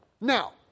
Now